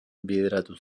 bideratu